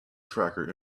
tracker